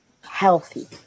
healthy